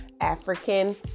African